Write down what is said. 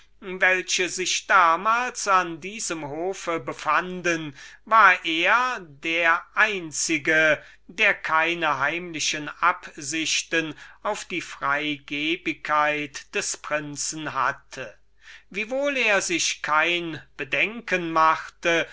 welche sich damals an diesem hofe befanden war er der einzige der keine heimliche absichten auf die freigebigkeit des prinzen hatte ob er sich gleich kein bedenken machte